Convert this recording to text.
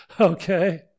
okay